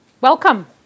welcome